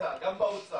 תפיסה גם באוצר,